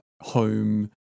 home